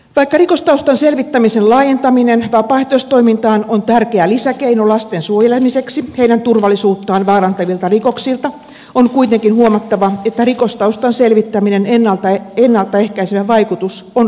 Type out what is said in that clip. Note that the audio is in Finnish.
vaikka rikostaustan selvittämisen laajentaminen vapaaehtoistoimintaan on tärkeä lisäkeino lasten suojelemiseksi heidän turvallisuuttaan vaarantavilta rikoksilta on kuitenkin huomattava että rikostaustan selvittämisen ennalta ehkäisevä vaikutus on rajallinen